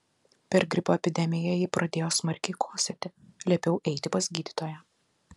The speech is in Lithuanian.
per gripo epidemiją ji pradėjo smarkiai kosėti liepiau eiti pas gydytoją